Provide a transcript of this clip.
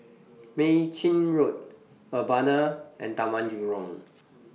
Mei Chin Road Urbana and Taman Jurong